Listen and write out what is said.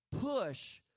push